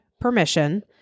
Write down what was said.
permission